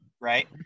Right